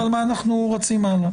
ועל מה אנחנו רצים הלאה.